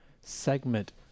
segment